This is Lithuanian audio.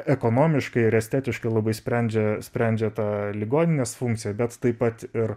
ekonomiškai ir estetiškai labai sprendžia sprendžia tą ligoninės funkciją bet taip pat ir